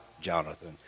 Jonathan